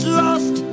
lost